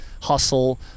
hustle